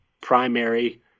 primary